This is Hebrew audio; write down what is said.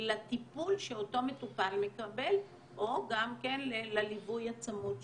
לטיפול שאותו מטופל מקבל או גם לליווי הצמוד שלו.